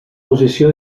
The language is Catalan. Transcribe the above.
posició